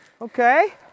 Okay